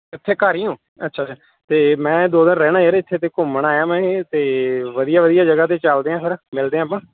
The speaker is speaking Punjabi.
ਕਿੱਥੇ ਘਰ ਹੀ ਹੋ ਅੱਛਾ ਅੱਛਾ ਅਤੇ ਮੈਂ ਦੋ ਦਿਨ ਰਹਿਣਾ ਯਾਰ ਇੱਥੇ ਅਤੇ ਘੁੰਮਣ ਆਇਆ ਮੈਂ ਏ ਤੇ ਵਧੀਆ ਵਧੀਆ ਜਗ੍ਹਾ 'ਤੇ ਚਲਦੇ ਹਾਂ ਫਿਰ ਮਿਲਦੇ ਹਾਂ ਆਪਾਂ